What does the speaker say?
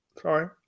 sorry